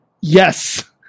Yes